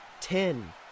ten